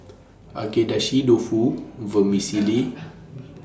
Agedashi Dofu Vermicelli